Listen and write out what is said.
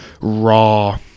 raw